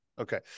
Okay